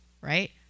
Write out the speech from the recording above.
right